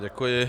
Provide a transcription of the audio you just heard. Děkuji.